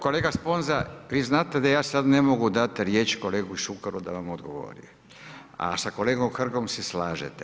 Kolega Sponza vi znate da ja sad ne mogu dati riječ kolegi Šukeru da vam odgovori, a sa kolegom Hrgom se slažete.